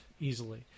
easily